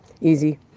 Easy